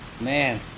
Man